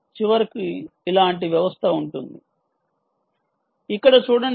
చివరికి ఇలాంటి వ్యవస్థ ఉంటుంది ఇక్కడ చూడండి